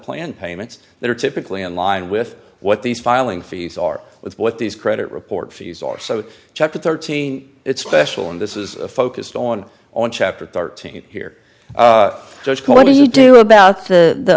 plan payments that are typically in line with what these filing fees are with what these credit report fees are so chapter thirteen it's special and this is focused on on chapter thirteen here what do you do about the